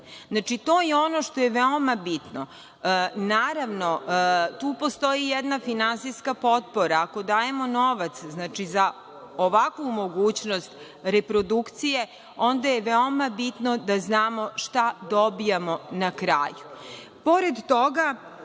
Znači, to je ono što je veoma bitno. Naravno, tu postoji jedna finansijska potpora, ako dajemo novac za ovakvu mogućnost reprodukcije, onda je veoma bitno da znamo šta dobijamo na kraju. Pored